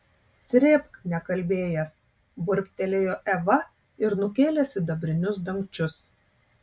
srėbk nekalbėjęs burbtelėjo eva ir nukėlė sidabrinius dangčius